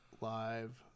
live